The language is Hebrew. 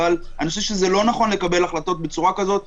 אבל אני חושב שזה לא נכון לקבל החלטות בצורה כזאת.